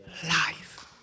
life